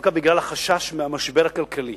דווקא בגלל החשש מהמשבר הכלכלי